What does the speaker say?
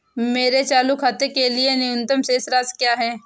मेरे चालू खाते के लिए न्यूनतम शेष राशि क्या है?